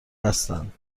بستند